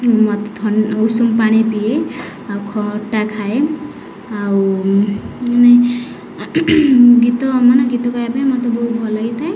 ମତେ ଥନ୍ ଉଷୁମ ପାଣି ପିଏ ଆଉ ଖଟା ଖାଏ ଆଉ ମାନେ ଗୀତ ମନ ଗୀତ ଗାଇବା ପାଇଁ ମୋତେ ବହୁତ ଭଲ ଲାଗିଥାଏ